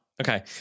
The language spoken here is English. Okay